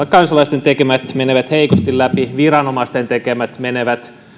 kansalaisten tekemät menevät heikosti läpi viranomaisten tekemät menevät